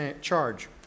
charge